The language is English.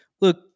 look